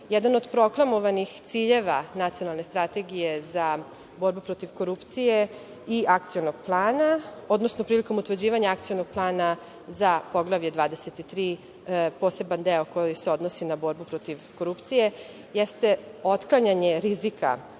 Jedan od proklamovanih ciljeva Nacionalne strategije za borbu protiv korupcije i Akcionog plana, odnosno prilikom utvrđivanja Akcionog plana za poglavlje 23, poseban deo koji se odnosi na borbu protiv korupcije, jeste otklanjanje rizika korupcije